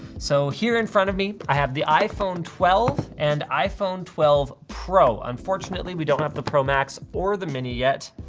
so here in front of me, i have the iphone twelve and iphone twelve pro. unfortunately, we don't have the pro max or the mini yet,